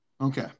Okay